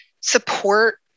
support